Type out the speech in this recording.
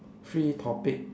free topic